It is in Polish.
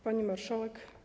Pani Marszałek!